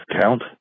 count